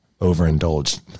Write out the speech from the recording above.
overindulged